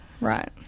Right